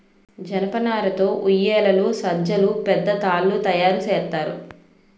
జనపనార తో ఉయ్యేలలు సజ్జలు పెద్ద తాళ్లు తయేరు సేత్తారు